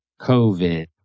COVID